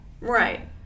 right